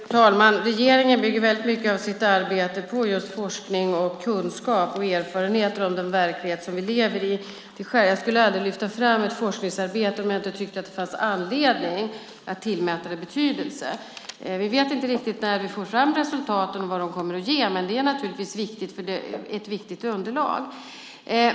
Fru talman! Regeringen bygger mycket av sitt arbete på just forskning, kunskap och erfarenheter av den verklighet som vi lever i. Jag skulle aldrig lyfta fram ett forskningsarbete om jag inte tyckte att det fanns anledning att tillmäta det betydelse. Vi vet inte riktigt när vi får fram resultaten och vad de kommer att ge, men det är naturligtvis ett viktigt underlag.